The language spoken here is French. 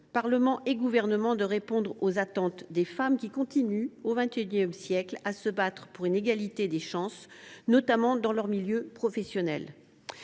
collective de répondre aux attentes des femmes, qui continuent au XXI siècle de se battre pour l’égalité des chances, notamment dans leur milieu professionnel.